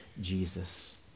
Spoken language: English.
Jesus